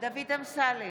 דוד אמסלם,